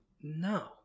No